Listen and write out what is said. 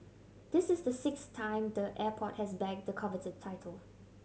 this is the sixth time the airport has bagged the coveted title